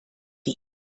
die